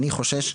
אני חושש,